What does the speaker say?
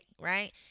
right